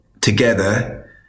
together